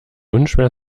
unschwer